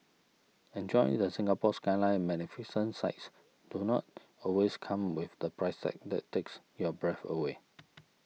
enjoy the Singapore Skyline Magnificent sights do not always come with the price tag that takes your breath away